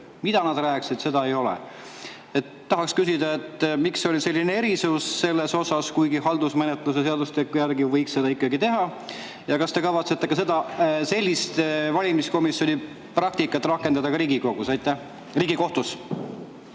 Mida nad rääkisid, seda ei ole. Tahaksin küsida, et miks oli selline erisus selles osas, kuigi haldusmenetluse seadustiku järgi võiks seda ikkagi teha. Ja kas te kavatsete sellist valimiskomisjoni praktikat rakendada ka Riigikohtus? Aitäh, lugupeetud